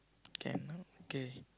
can now okay